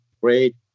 great